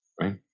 right